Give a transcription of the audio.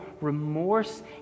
remorse